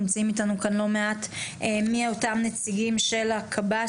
נמצאים אתנו כאן לא מעט מאותם נציגים של הקב"סים,